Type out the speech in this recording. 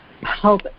help